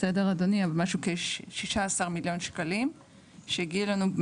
משהו כ-16 מיליון שקלים שהגיעו אלינו,